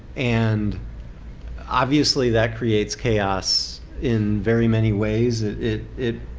and obviously that creates chaos in very many ways. it it